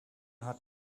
hat